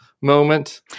moment